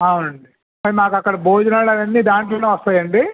అవునండి మరి మాకు అక్కడ భోజనాలు అవన్నీ దాంట్లోనే వస్తాయాండి